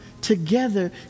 together